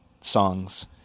songs